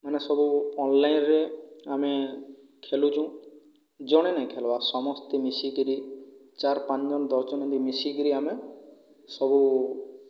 ମାନେ ସବୁ ଅନଲାଇନ୍ରେ ଆମେ ଖେଳୁଛୁ ଜଣେ ନାହିଁ ଖେଳିବାର ସମସ୍ତେ ମିଶିକରି ଚାରି ପାଞ୍ଚ ଜଣ ଦଶ ଜଣ ଏମିତି ମିଶିକରି ଆମେ ସବୁ